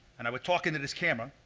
and i would talk into this camera,